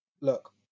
look